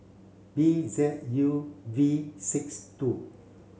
B Z U V six two